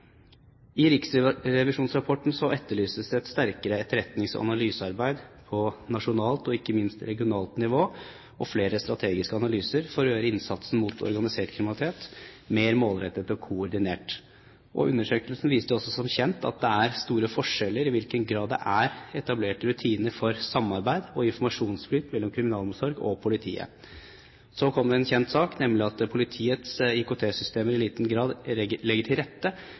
I riksrevisjonsrapporten etterlyses et sterkere etterretnings- og analysearbeid på nasjonalt og ikke minst regionalt nivå, herunder flere strategiske analyser, for å gjøre innsatsen mot organisert kriminalitet mer målrettet og koordinert. Undersøkelsen viste som kjent at det er store forskjeller i hvilken grad det er etablert rutiner for samarbeid og informasjonsflyt mellom kriminalomsorgen og politiet. Så kom en kjent sak, nemlig at politiets IKT-systemer i liten grad legger til rette